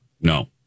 No